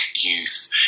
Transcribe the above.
youth